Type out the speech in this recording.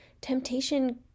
temptation